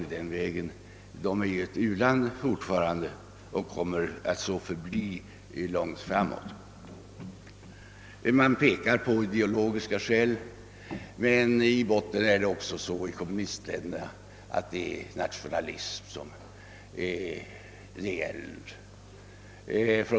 Kina är alltjämt ett u-land och kommer att så förbli ännu i långa tider.